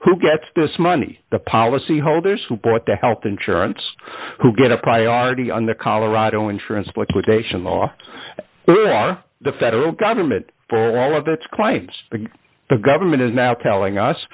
who gets this money the policyholders who bought the health insurance who get a priority on the colorado insurance liquidation law the federal government for all of its clients the government is now telling us